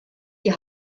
die